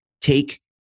take